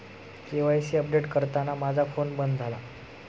KYC update करताना माझा phone बंद झाला